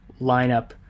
lineup